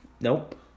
Nope